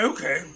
Okay